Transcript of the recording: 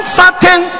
certain